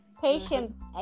Patience